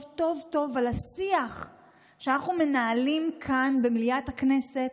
טוב טוב על השיח שאנחנו מנהלים כאן במליאת הכנסת,